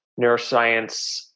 neuroscience